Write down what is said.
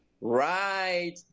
right